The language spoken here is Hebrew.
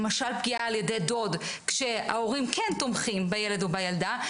למשל פגיעה ע"י דוד כשההורים כן תומכים בילד או בילדה,